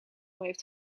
heeft